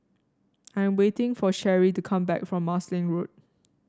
I'm waiting for Sheree to come back from Marsiling Road